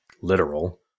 literal